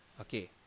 Okay